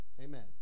Amen